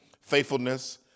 faithfulness